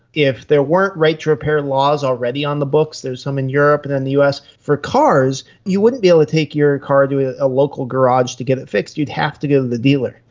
if there weren't right to repair laws already on the books, there's some in europe and the us, for cars, you wouldn't be able to take your car to ah a local garage to get it fixed, you'd have to go to the dealer.